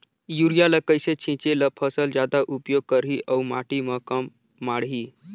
Urea ल कइसे छीचे ल फसल जादा उपयोग करही अउ माटी म कम माढ़ही?